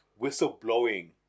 whistleblowing